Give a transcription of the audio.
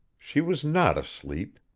she was not asleep.